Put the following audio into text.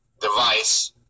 device